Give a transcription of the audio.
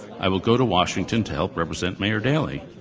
i will go to washington to help represent mayor daley.